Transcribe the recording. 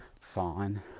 fine